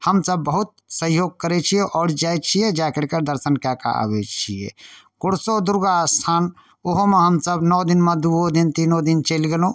हमसब बहुत सहयोग करै छियै आओर जाय छियै जा करके दर्शन कै कऽ अबै छियै कुरसो दुर्गा स्थान ओहो मे हमसब नओ दिन मे दूओ दिन तीनो दिन चलि गेलहुॅं